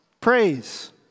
praise